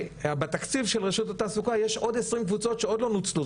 ובתקציב של רשות התעסוקה יש עוד עשרים קבוצות שטרם נוצלו.